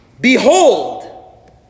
Behold